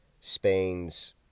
Spain's